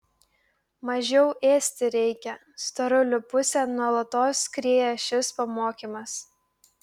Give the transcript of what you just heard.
mažiau ėsti reikia storulių pusėn nuolatos skrieja šis pamokymas